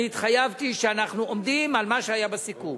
אני התחייבתי שאנחנו עומדים על מה שהיה בסיכום.